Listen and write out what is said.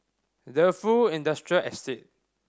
Defu Industrial Estate